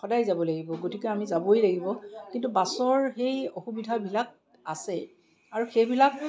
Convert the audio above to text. সদায় যাব লাগিব গতিকে আমি যাবই লাগিব কিন্তু বাছৰ সেই অসুবিধাবিলাক আছে আৰু সেইবিলাক